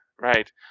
right